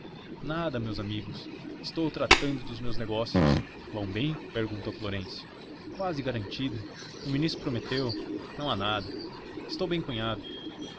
nada meus amigos estou tratando dos meus negócios vão bem perguntou florêncio quase garantido o ministro prometeu não há nada estou bem cunhado